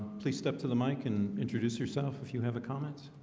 please step to the mic and introduce yourself if you have a comments